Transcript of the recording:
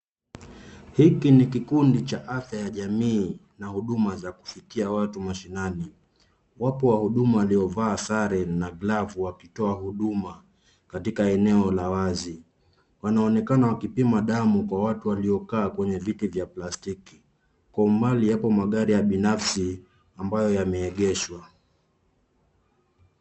Hiki ni kikundi cha afya ya jamii na huduma za kufikia watu mashinani. Wapo wahudumu waliovaa sare na glavu wakitoa huduma katika eneo la wazi. Wanaonekana wakipima damu kwa watu waliokaa kwenye viti vya plastiki. Kwa umbali yapo magari ya binafsi ambayo yameegeshwa.